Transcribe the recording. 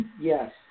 Yes